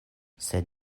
sed